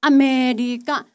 America